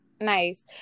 nice